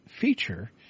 feature